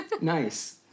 Nice